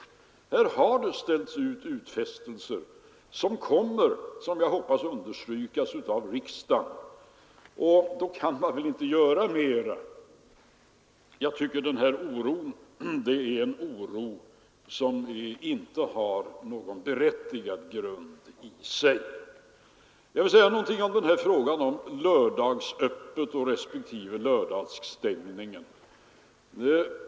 Här har det gjorts en utfästelse vilken, som jag hoppas, kommer att understrykas av riksdagen. Då kan man väl inte göra mera. Jag tycker att denna oro inte har någon berättigad grund. Jag vill sedan också säga något om frågan om lördagsöppet respektive lördagsstängt.